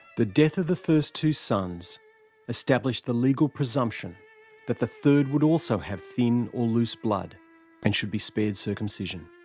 the death of the first two sons established the legal presumption that the third would also have thin or loose blood and should be spared circumcision.